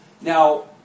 Now